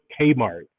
Kmart